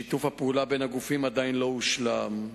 שיתוף הפעולה בין הגופים עדיין לא הושלם.